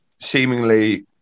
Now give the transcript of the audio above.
seemingly